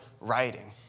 writing